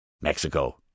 Mexico